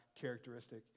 characteristic